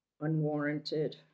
unwarranted